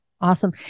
Awesome